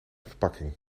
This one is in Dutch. verpakking